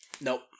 Nope